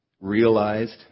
realized